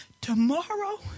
tomorrow